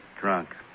Drunk